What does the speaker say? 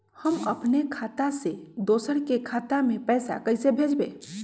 हम अपने खाता से दोसर के खाता में पैसा कइसे भेजबै?